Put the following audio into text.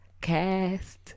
cast